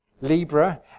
Libra